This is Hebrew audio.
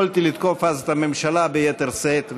יכולתי לתקוף אז את הממשלה ביתר שאת,